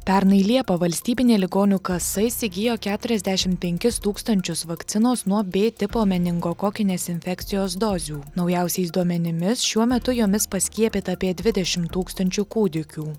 pernai liepą valstybinė ligonių kasa įsigijo keturiasdešimt penkis tūkstančius vakcinos nuo b tipo meningokokinės infekcijos dozių naujausiais duomenimis šiuo metu jomis paskiepyta apie dvidešimt tūkstančių kūdikių